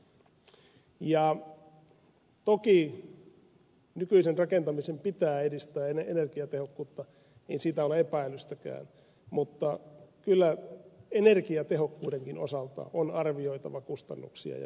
toki nykyisen rakentamisen pitää edistää energiatehokkuutta siitä ei ole epäilystäkään mutta kyllä energiatehokkuudenkin osalta on arvioitava kustannuksia ja hyötyjä keskenään